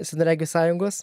sinaregių sąjungos